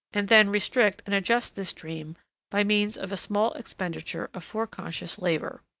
and then restrict and adjust this dream by means of a small expenditure of foreconscious labor,